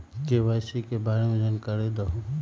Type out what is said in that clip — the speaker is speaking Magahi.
के.वाई.सी के बारे में जानकारी दहु?